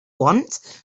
want